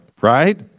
right